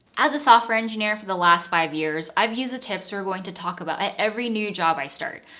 as a software engineer for the last five years, i've used the tips we're going to talk about every new job i start.